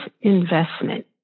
investment